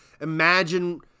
imagine